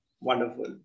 Wonderful